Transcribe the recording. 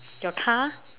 your car